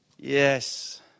yes